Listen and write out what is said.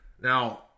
Now